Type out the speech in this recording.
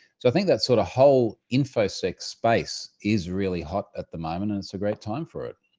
so i think that sort of whole info sec space is really hot at the moment and it's a great time for it.